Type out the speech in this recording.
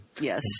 yes